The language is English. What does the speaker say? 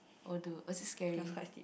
oh dude that's so scary